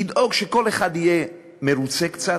לדאוג שכל אחד יהיה מרוצה קצת,